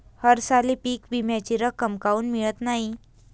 हरसाली पीक विम्याची रक्कम काऊन मियत नाई?